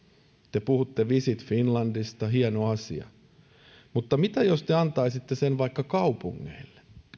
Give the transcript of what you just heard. te puhutte visit finlandista hieno asia mutta mitä jos te antaisitte sen vaikka kaupungeille